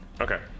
Okay